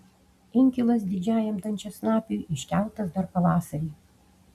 inkilas didžiajam dančiasnapiui iškeltas dar pavasarį